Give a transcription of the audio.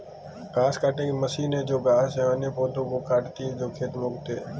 घास काटने की मशीन है जो घास या अन्य पौधों को काटती है जो खेत में उगते हैं